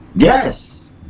Yes